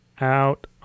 out